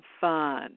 fun